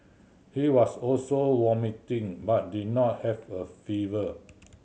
he was also vomiting but did not have a fever